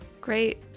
Great